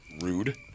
Rude